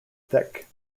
thick